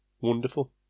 wonderful